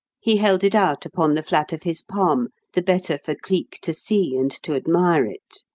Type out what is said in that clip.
he held it out upon the flat of his palm, the better for cleek to see and to admire it,